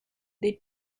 they